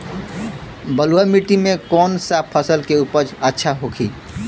बलुआ मिट्टी में कौन सा फसल के उपज अच्छा होखी?